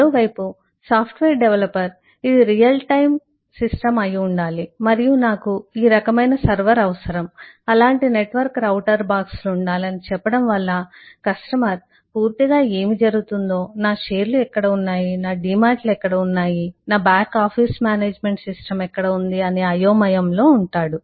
మరోవైపు software developer ఇది real time అయి ఉండాలి మరియు నాకు ఈ రకమైన సర్వర్ అవసరం అలాంటి నెట్వర్క్ రౌటర్ బాక్స్లు ఉండాలి అని చెప్పడం వల్ల కస్టమర్ పూర్తిగా ఏమి జరుగుతుందో నా షేర్లు ఎక్కడ ఉన్నాయి నా డీమాట్లు ఎక్కడ ఉన్నాయి నా బ్యాక్ ఆఫీస్ మేనేజ్మెంట్ సిస్టమ్ ఎక్కడ ఉంది అనే అయోమయంలో ఉంటాడు